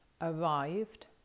arrived